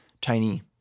tiny